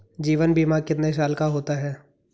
जीवन बीमा कितने साल का होता है?